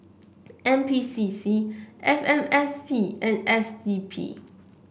N P C C F M S P and S D P